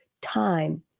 time